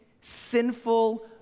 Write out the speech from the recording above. sinful